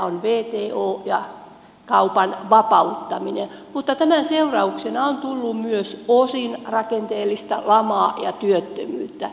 on wto ja kaupan vapauttaminen mutta tämän seurauksena on tullut myös osin rakenteellista lamaa ja työttömyyttä